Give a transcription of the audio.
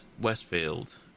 Westfield